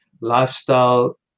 lifestyle